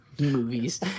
movies